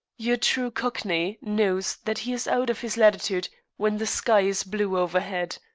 your true cockney knows that he is out of his latitude when the sky is blue overhead.